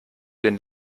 den